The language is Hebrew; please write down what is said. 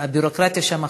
הביורוקרטיה שם חוגגת.